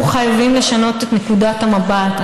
אנחנו חייבים לשנות את נקודת המבט.